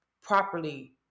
properly